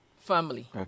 family